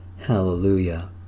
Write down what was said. Hallelujah